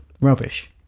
rubbish